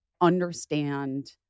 understand